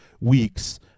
weeks